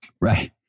Right